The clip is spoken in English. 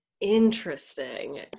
Interesting